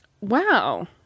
Wow